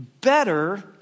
better